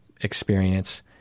experience